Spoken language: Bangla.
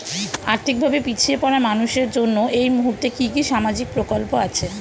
আর্থিক ভাবে পিছিয়ে পড়া মানুষের জন্য এই মুহূর্তে কি কি সামাজিক প্রকল্প আছে?